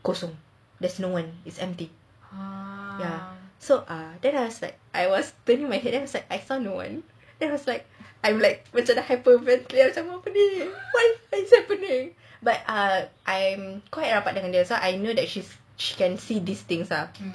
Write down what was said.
kosong there's no one it's empty ya so I was I was turning my head then I was like I saw no one then I was like I macam dah hyperventilate macam apa ini what is happening but um I quite rapat dengan dia so I know that she can see these things lah